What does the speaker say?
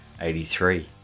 83